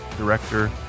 director